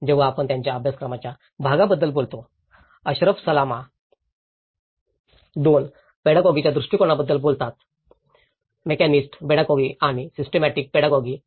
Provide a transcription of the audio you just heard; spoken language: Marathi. जेव्हा आपण त्याच्या अभ्यासक्रमाच्या भागाबद्दल बोलतो अशरफ सलामा 2 पेडागॉगीच्या दृष्टिकोनाबद्दल बोलतात मेकॅनिस्ट पेडागॉगी आणि सिस्टिमॅटिक पेडागॉगी